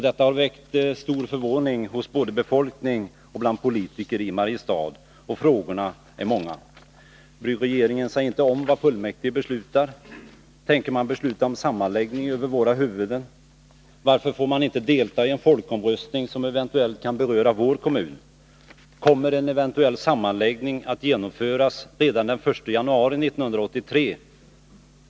Det har väckt stor förvåning både hos befolkning och bland politiker i Mariestad. Och frågorna är många. Bryr regeringen sig inte om vad fullmäktige beslutar? Tänker man besluta om sammanläggning över våra huvuden? Varför får vi inte delta i en folkomröstning som eventuellt kan beröra vår kommun? Kommer en eventuell sammanläggning att genomföras redan den 1 januari 1983?